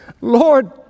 Lord